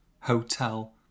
hotel